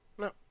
No